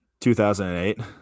2008